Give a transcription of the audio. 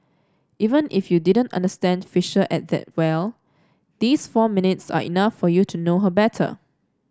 even if you didn't understand Fisher at that well these four minutes are enough for you to know her better